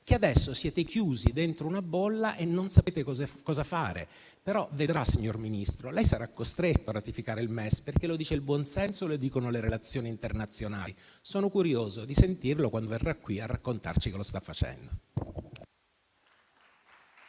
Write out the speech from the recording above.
MES; adesso siete chiusi dentro una bolla e non sapete cosa fare. Vedrà però, signor Ministro, che sarà costretto a ratificare il MES, perché lo dicono il buon senso e le relazioni internazionali. Sono curioso di sentirlo, quando verrà qui a raccontarci che lo sta facendo.